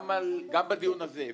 גם בדיון הזה,